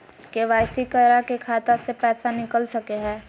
KYC करा के खाता से पैसा निकल सके हय?